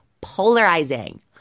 polarizing